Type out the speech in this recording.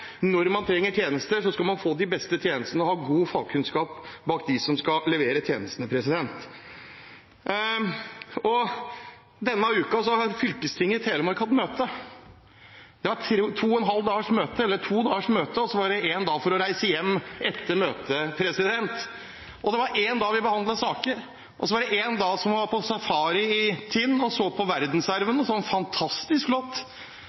når man trenger hjelp, når man trenger tjenester, så skal man få de beste tjenestene. Og det skal være god fagkunnskap blant dem som skal levere tjenestene. Denne uken har fylkestinget i Telemark hatt møte. Det var et to dagers møte, og så var det én dag på å reise hjem etter møtet. Én dag behandlet vi saker, og én dag var det safari i Tinn for å se på